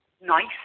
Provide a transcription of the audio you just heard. nice